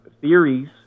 theories